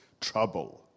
trouble